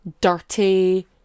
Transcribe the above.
dirty